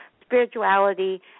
spirituality